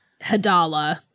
Hadala